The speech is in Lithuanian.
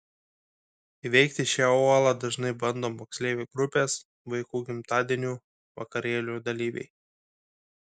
įveikti šią uolą dažnai bando moksleivių grupės vaikų gimtadienių vakarėlių dalyviai